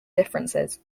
differences